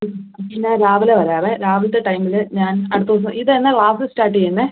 പിന്നെ രാവിലെ വരാവെ രാവിലത്തെ ടൈമിൽ ഞാൻ അടുത്ത ദിവസം ഇതെന്നാണ് ക്ലാസ്സ് സ്റ്റാർട്ട് ചെയ്യുന്നെ